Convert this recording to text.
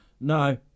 No